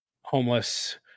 homeless